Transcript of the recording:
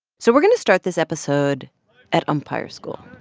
so we're going to start this episode at umpire school